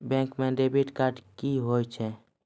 Bank म debit card की होय छै?